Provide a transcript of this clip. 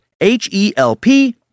H-E-L-P